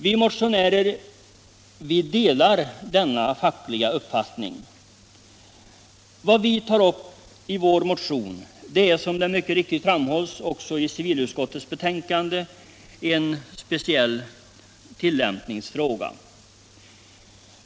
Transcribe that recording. Vi motionärer delar denna fackliga uppfattning. Vad vi tar upp i vår motion är, som det mycket riktigt framhålls i civilutskottets betänkande, en särskild tillämpningsfråga.